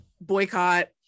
boycott